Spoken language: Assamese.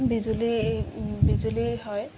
বিজুলী বিজুলী হয়